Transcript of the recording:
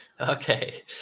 okay